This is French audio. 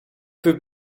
peut